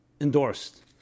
endorsed